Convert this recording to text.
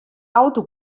auto